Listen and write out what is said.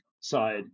side